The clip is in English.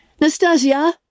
Nastasia